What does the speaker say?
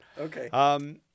Okay